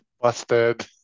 Busted